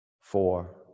four